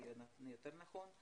זה יותר נכון,